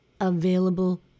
available